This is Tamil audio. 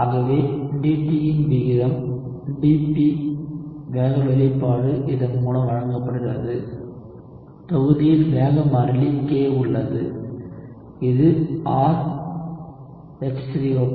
ஆகவே dt யின் விகிதம் dP வேக வெளிப்பாடு இதன் மூலம் வழங்கப்படுகிறது தொகுதியில் வேக மாறிலி k உள்ளது இது R H3O